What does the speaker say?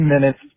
minutes